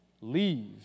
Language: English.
leave